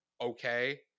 okay